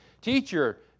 teacher